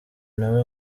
nawe